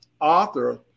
author